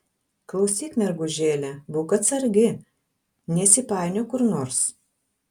klausyk mergužėle būk atsargi neįsipainiok kur nors